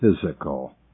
physical